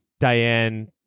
Diane